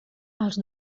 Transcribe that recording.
els